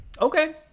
Okay